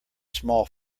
small